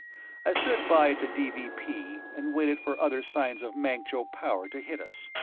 i stood by at the dvp and waited for other signs of mancjo power to hit us.